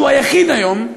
שהוא היחיד היום,